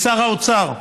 לשר האוצר,